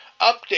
Update